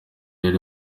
ari